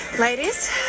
ladies